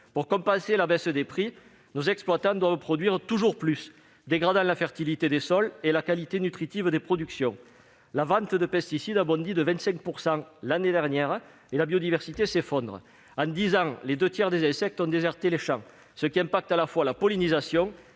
Pour compenser la baisse des prix, ils doivent produire toujours plus, dégradant la fertilité des sols et la qualité nutritive des productions. Les ventes de pesticides ont bondi de 25 % l'année dernière et la biodiversité s'effondre. En dix ans, deux tiers des insectes ont déserté les champs, ce qui a un impact à la fois sur la pollinisation